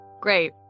Great